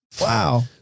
Wow